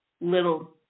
little